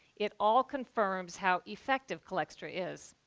it all confirms how effective cholextra is.